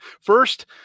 first